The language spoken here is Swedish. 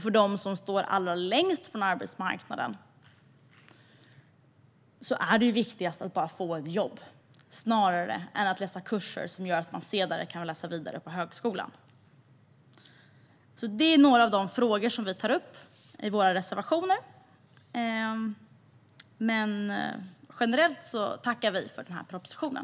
För dem som står allra längst ifrån arbetsmarknaden är det viktigaste att bara få ett jobb, snarare än att läsa kurser som gör att man senare kan läsa vidare på högskola. Dessa är några av de frågor som vi tar upp i våra reservationer. Generellt tackar vi dock för denna proposition.